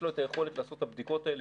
יש לו את היכולת לעשות את הבדיקות האלה